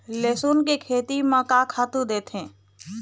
लेसुन के खेती म का खातू देथे?